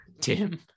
Tim